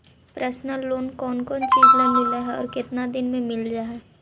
Personal loan कोन कोन चिज ल मिल है और केतना दिन में मिल जा है?